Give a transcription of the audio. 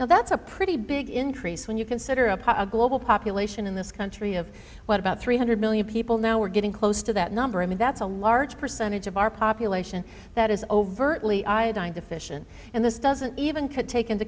now that's a pretty big increase when you consider a global population in this country of what about three hundred million people now we're getting close to that number and that's a large percentage of our population that is overtly iodine deficient and this doesn't even could take into